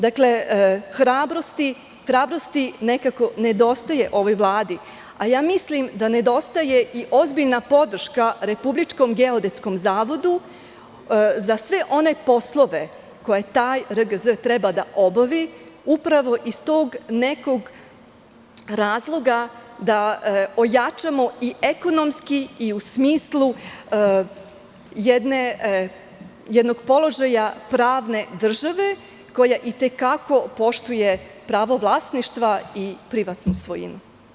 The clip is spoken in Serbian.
Dakle, hrabrost nekako nedostaje ovoj Vladi, a mislim da nedostaje i ozbiljna podrška Republičkom geodetskom zavodu za sve one poslove koje taj RGZ treba da obavi, upravo iz tog nekog razloga da ojačamo i ekonomski i u smislu jednog položaja pravne države koja i te kako poštuje pravo vlasništva i privatnu svojinu.